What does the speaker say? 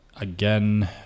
Again